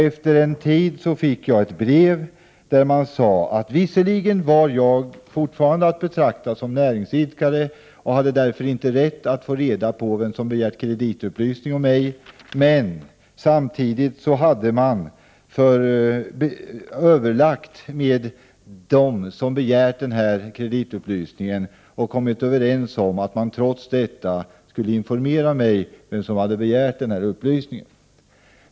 Efter en tid fick jag ett brev där man sade att jag visserligen fortfarande var att betrakta som näringsidkare och därför inte hade rätt att få reda på vem som hade begärt kreditupplysning om mig, men att man hade överlagt med den som begärt kreditupplysningen och kommit överens om att jag trots detta skulle informeras om vem som hade begärt upplysningen.